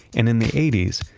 and in the eighty s,